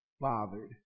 bothered